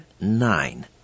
nine